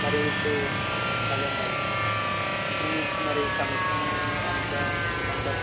మరి ఇప్పుడు అదే అండి అదే అండి ఇప్పుడు మీకు మరి కమిషన్ ఎంత ఇమ్మంటారు